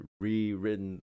rewritten